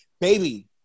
baby